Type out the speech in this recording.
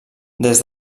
des